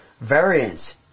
variance